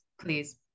please